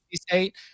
State